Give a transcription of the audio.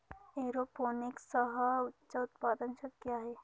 एरोपोनिक्ससह उच्च उत्पादन शक्य आहे